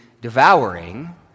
devouring